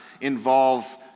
involve